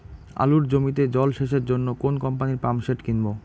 আলুর জমিতে জল সেচের জন্য কোন কোম্পানির পাম্পসেট কিনব?